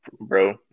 bro